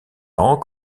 ans